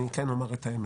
אני כן אומר את האמת.